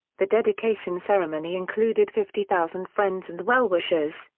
the dedication ceremony included fifty thousand friends and well-wishers,